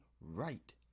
right